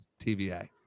TVA